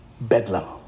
Bedlam